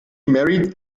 married